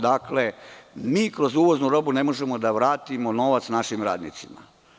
Dakle, mi kroz uvoznu robu ne možemo da vratimo novac našim radnicima.